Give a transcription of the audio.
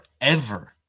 forever